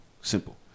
Simple